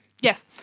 Yes